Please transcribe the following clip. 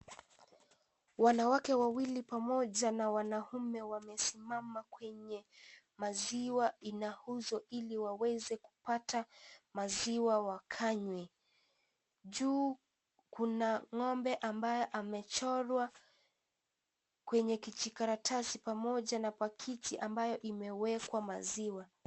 Wanawake wawili pamoja na wanaume wamesimama kwenye, maziwa ina uzwa ili waeze kupata, maziwa wakanywe, juu, kuna, ngombe ambaye amechorwa, kwenye kijikaratasi pamoja na pakiti ambayo imewekwa maziwa.